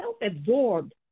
self-absorbed